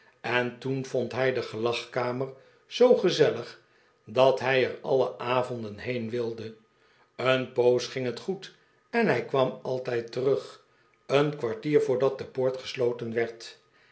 en toen vond hij de gelagkamer zoo gezellig dat hij er alle avonden heen wilde een poos ging dat goed en hij kwam altijd terug een kwartier voordat de poort gesloten werd